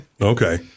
Okay